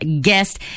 guest